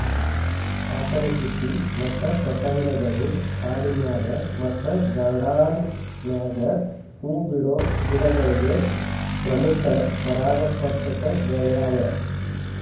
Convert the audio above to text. ಪಾತರಗಿತ್ತಿ ಮತ್ತ ಪತಂಗಗಳು ಕಾಡಿನ್ಯಾಗ ಮತ್ತ ಗಾರ್ಡಾನ್ ನ್ಯಾಗ ಹೂ ಬಿಡೋ ಗಿಡಗಳಿಗೆ ಪ್ರಮುಖ ಪರಾಗಸ್ಪರ್ಶಕಗಳ್ಯಾವ